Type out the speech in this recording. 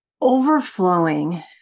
overflowing